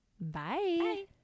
Bye